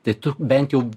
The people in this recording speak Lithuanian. tai tu bent jau